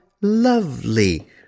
lovely